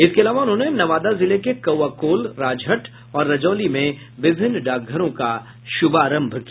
इसके अलावा उन्होंने नवादा जिले के कौआकोल राजहट और रजौली में विभिन्न डाकघरों का शुभारंभ किया